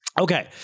Okay